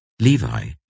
Levi